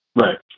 Right